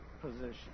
position